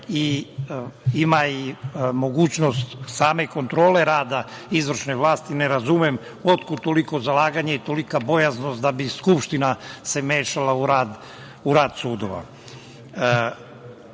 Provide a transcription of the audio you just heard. ima mogućnost same kontrole rada izvršne vlasti ne razumem otkud toliko zalaganje i tolika bojaznost da bi Skupština se mešala u rad